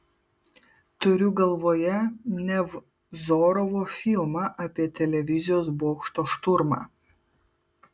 turiu galvoje nevzorovo filmą apie televizijos bokšto šturmą